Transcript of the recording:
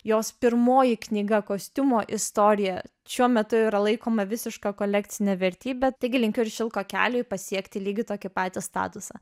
jos pirmoji knyga kostiumo istorija šiuo metu yra laikoma visiška kolekcinė vertybė taigi linkiu ir šilko keliui pasiekti lygiai tokį patį statusą